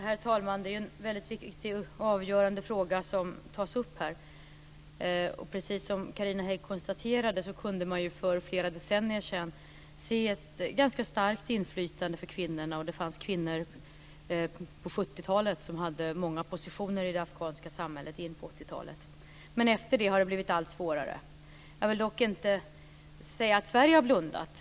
Herr talman! Det är en väldigt viktig och avgörande fråga som tas upp här. Precis som Carina Hägg konstaterar kunde man för flera decennier sedan se ett ganska starkt inflytande för kvinnorna. På 70-talet fanns det kvinnor på många positioner i det afghanska samhället, vilket gällde in på 80-talet, men efter det har det blivit allt svårare. Jag vill dock inte säga att Sverige har blundat.